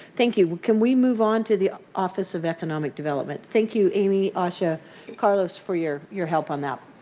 thank you. could we move on to the office of economic development? thank you amy usha and carlos for your your help on that.